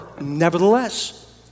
nevertheless